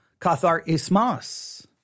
Katharismas